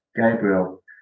Gabriel